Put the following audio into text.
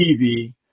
TV